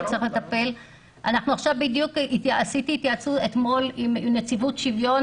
אתמול עשיתי התייעצות עם נציבות שוויון.